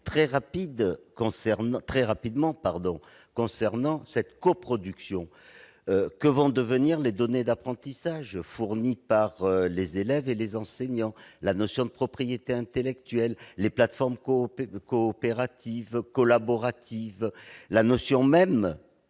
très rapidement à propos de cette coproduction : que vont devenir les données d'apprentissage fournies par les élèves et les enseignants ? de la notion de propriété intellectuelle, des plateformes coopératives, collaboratives ? Comment